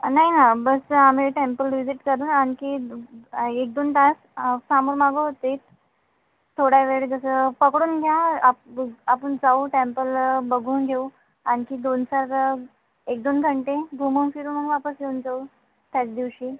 नाही ना बस आम्ही टेम्पल विजिट करून आणखी एक दोन तास सामान मागू ते थोडा वेळ जसं पकडून घ्या आप आपण जाऊ टेम्पल बघून घेऊ आणखी दोन चार एक दोन घंटे घुमून फिरून मग वापस येऊन जाऊ त्याच दिवशी